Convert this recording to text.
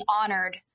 honored